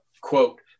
quote